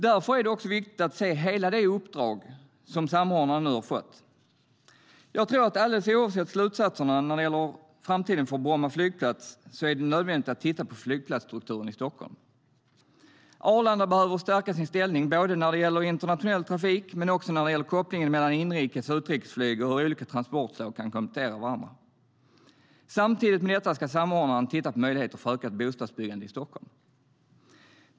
Därför är det viktigt att se hela det uppdrag som samordnaren nu har fått. Oavsett slutsatserna när det gäller framtiden för Bromma flygplats tror jag att det är nödvändigt att titta på flygplatsstrukturen i Stockholm. Arlanda behöver stärka sin ställning när det gäller internationell trafik men också när det gäller kopplingen mellan inrikes och utrikes flyg och hur olika transportslag kan komplettera varandra. Samtidigt med detta ska samordnaren titta på möjligheten för ökat bostadsbyggande i Stockholm.